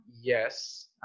yes